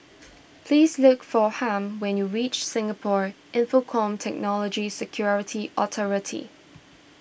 please look for Harm when you reach Singapore Infocomm Technology Security Authority